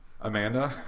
Amanda